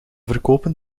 verkopen